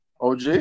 OG